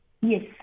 Yes